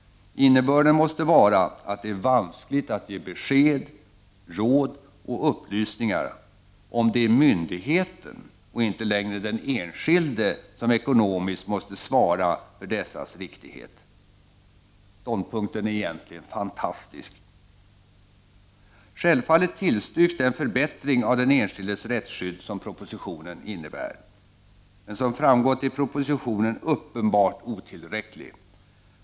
Innebörden måse vara att det är vanskligt att ge besked, råd och upplysningar, om det är myndigheten och inte längre den enskilde som ekonomiskt måste svara för dessas riktighet! Ståndpunkten är egentligen fantastisk. Självfallet tillstyrks den förbättring av den enskildes rättsskydd som propositionen innebär. Som framgått är propositionen emellertid uppenbart otillräcklig.